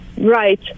right